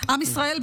עם ישראל,